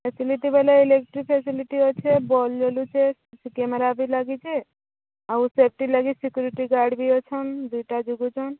facility ବେଲେ electric facility ଅଛି bulb ଜଲୁଛେ camera ବି ଲାଗିଛି ଆଉ ସେପ୍ଟି ଲାଗି ସିକ୍ୟୁରିଟି ଗାର୍ଡ଼୍ ବି ଅଛନ୍ ଦୁଇଟା ଜଗୁଛନ୍